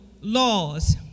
laws